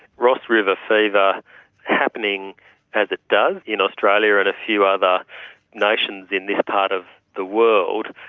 ross river fever happening as it does in australia and a few other nations in this part of the world,